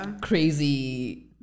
crazy